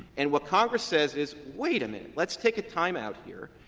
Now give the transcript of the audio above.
and what congress says is, wait a minute. let's take a timeout here.